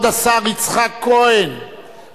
השר יצחק כהן,